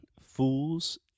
Fools